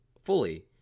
fully